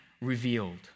revealed